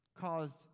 caused